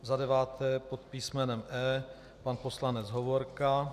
Za deváté pod písmenem E, pan poslanec Hovorka.